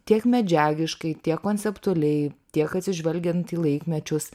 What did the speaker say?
tiek medžiagiškai tiek konceptualiai tiek atsižvelgiant į laikmečius